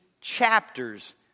chapters